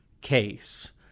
case